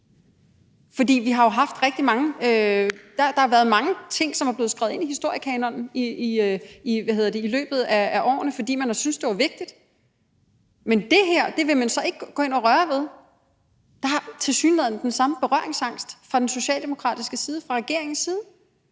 være en del af pensum. Der er mange ting, der er blevet skrevet ind i historiekanonen i løbet af årene, fordi man har syntes, at det var vigtigt. Men det her vil man så ikke gå ind og røre ved. Der er tilsyneladende også her en berøringsangst fra den socialdemokratiske side og fra regeringens side.